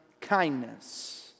kindness